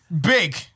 big